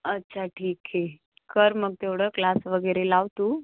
अच्छा ठीक आहे कर मग तेवढं क्लास वगैरे लाव तू